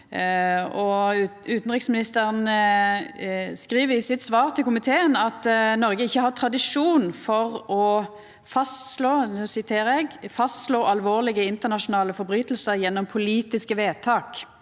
Utanriksministeren skriv i sitt svar til komiteen: «Norge har ikke tradisjon for å fastslå alvorlige internasjonale forbrytelser gjennom politiske vedtak».